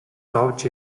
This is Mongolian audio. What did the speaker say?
зовж